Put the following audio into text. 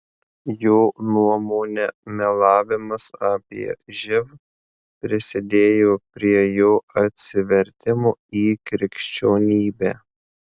jo nuomone melavimas apie živ prisidėjo prie jo atsivertimo į krikščionybę